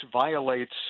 violates